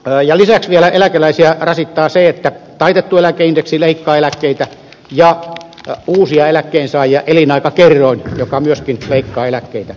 lisäksi vielä eläkeläisiä rasittaa se että taitettu eläkeindeksi leikkaa eläkkeitä ja uusia eläkkeensaajia elinaikakerroin joka myöskin leikkaa eläkkeitä